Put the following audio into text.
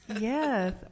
Yes